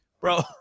bro